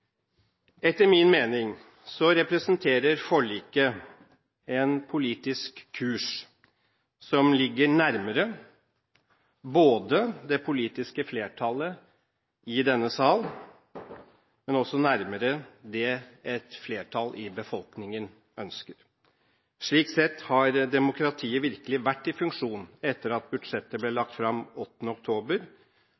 Etter min mening representerer forliket en politisk kurs som ligger nærmere både det det politiske flertallet i denne sal og det et flertall i befolkningen ønsker. Slik sett har demokratiet virkelig vært i funksjon etter at budsjettet ble